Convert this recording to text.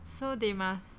so they must